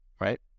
right